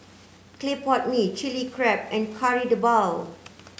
clay pot Mee chili crab and Kari Debal